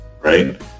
Right